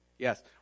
Yes